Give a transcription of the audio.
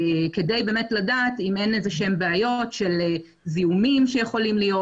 כדי לדעת אם אין איזה שהן בעיות של זיהומים שיכולים להיות